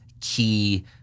key